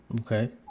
okay